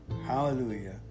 hallelujah